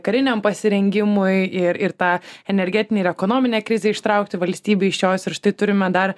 kariniam pasirengimui ir ir tą energetinė ir ekonominė krizė ištraukti valstybę iš jos ir štai turime dar